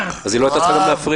אז היא לא הייתה צריכה גם להפריע.